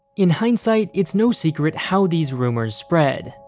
in hindsight, it's no secret how these rumors spread.